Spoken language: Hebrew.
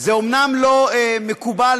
זה אומנם לא מקובל,